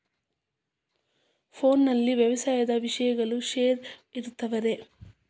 ಫೋನಲ್ಲಿ ವ್ಯವಸಾಯದ ವಿಷಯಗಳು ಖರೇ ಇರತಾವ್ ರೇ?